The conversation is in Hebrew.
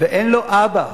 ואין לו אבא,